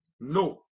No